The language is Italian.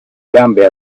gambe